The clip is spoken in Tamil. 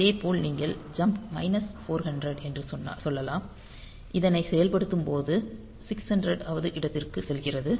இதேபோல் நீங்கள் ஜம்ப் மைனஸ் 400 என்று சொல்லலாம் இதனை செயல்படுத்தும் போது 600 வது இடத்திற்குச் செல்கிறது